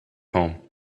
home